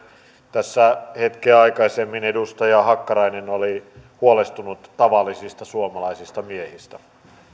tässä hetkeä aikaisemmin edustaja hakkarainen oli huolestunut tavallisista suomalaisista miehistä